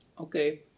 Okay